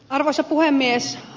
arvoisa puhemies